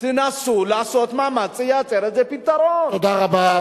תנסו לעשות מאמץ לייצר איזה פתרון, תודה רבה.